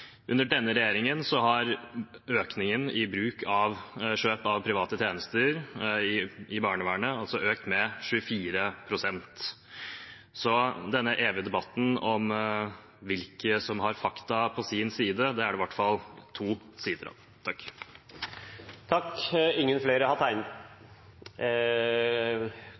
Under denne regjeringen har bruk av kjøp av private tjenester i barnevernet økt med 24 pst. Denne evige debatten om hvem som har fakta på sin side, er det i hvert fall to sider av. Flere har